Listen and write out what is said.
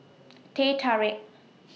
Teh Tarik